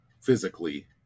physically